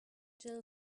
jill